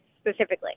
specifically